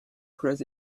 press